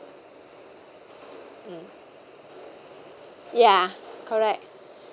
ya correct